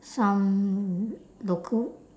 some local